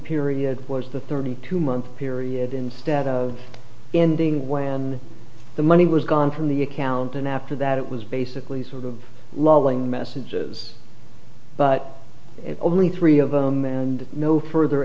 period was the thirty two month period instead of ending when the money was gone from the account and after that it was basically sort of loving messages but at only three of them and no further